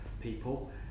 people